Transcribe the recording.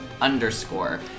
underscore